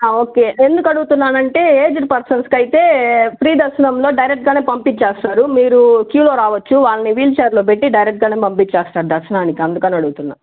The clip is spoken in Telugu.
ఓకే ఎందుకు అడుగుతున్నానంటే ఏజ్డ్ పర్సన్స్కు అయితే ఫ్రీ దర్శనంలో డైరెక్టుగానే పంపించేస్తారు మీరు క్యూలో రావచ్చు వాళ్ళని వీల్ చైర్లో పెట్టి డైరెక్టుగానే పంపించేస్తారు దర్శనానికి అందుకని అడుగుతున్నా